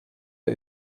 der